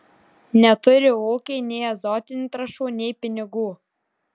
neturi ūkiai nei azotinių trąšų nei pinigų